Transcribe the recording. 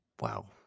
Wow